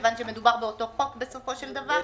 כיוון שמדובר באותו חוק בסופו של דבר?